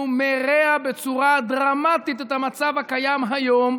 מרע בצורה דרמטית את המצב הקיים היום.